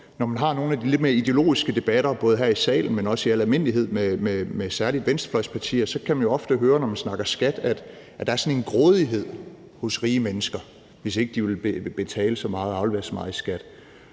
når man har nogle af de lidt mere ideologiske debatter, både her i salen, men også i al almindelighed, særlig med venstrefløjspartier, kan man jo ofte høre, når man snakker skat, at der er sådan en grådighed hos rige mennesker, hvis ikke de vil betale så meget og aflevere så meget i skat.